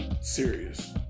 serious